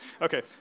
Okay